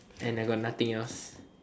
and I got nothing else